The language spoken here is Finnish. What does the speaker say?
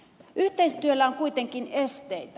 yhteistyöllä on kuitenkin esteitä